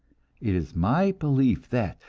it is my belief that,